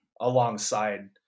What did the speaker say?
alongside